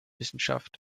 wissenschaft